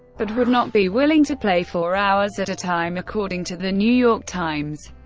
but would not be willing to play for hours at a time, according to the new york times.